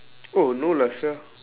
oh no lah sia